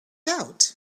out